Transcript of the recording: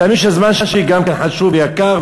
תאמין שגם הזמן שלי חשוב ויקר,